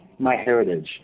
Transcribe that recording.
MyHeritage